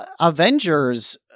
avengers